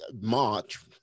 March